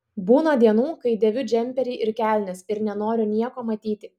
būna dienų kai dėviu džemperį ir kelnes ir nenoriu nieko matyti